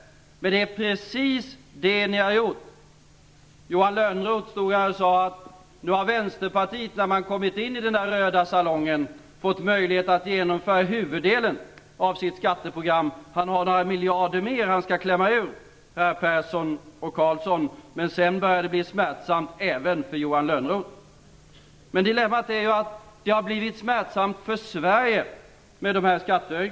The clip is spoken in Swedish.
Men det är precis detta som ni har gjort. Johan Lönnroth sade här att Vänsterpartiet när man har kommit in i den röda salongen har fått möjlighet att genomföra huvuddelen av stt skatteprogram. Han har några miljarder till att klämma ut av Persson och Carlsson, men sedan börjar det bli smärtsamt även för Dilemmat är att dessa skattehöjningar har blivit smärtsamma för Sverige.